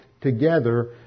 together